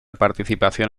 participación